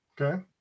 Okay